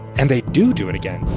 and they do do it again